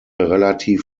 relativ